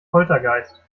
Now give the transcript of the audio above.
poltergeist